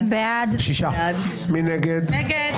מי נמנע?